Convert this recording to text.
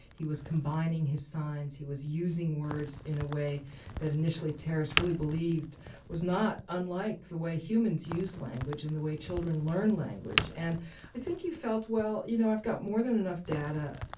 he was combining his signs, he was using words in a way that initially terrace really believed was not unlike the way humans used language and the way children learn language. and i think he felt well you know i've got more than enough data,